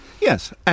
Yes